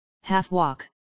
half-walk